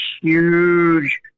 huge